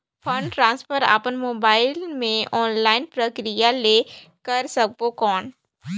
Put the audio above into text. Fund transfer अपन mobile मे online प्रक्रिया ले कर सकबो कौन?